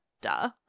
duh